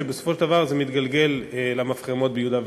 כשבסופו של דבר זה מתגלגל למפחמות ביהודה ושומרון.